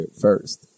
first